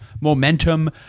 momentum